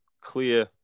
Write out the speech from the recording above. clear